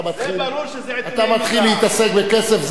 אתה מתחיל להתעסק בכסף,